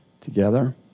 together